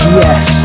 yes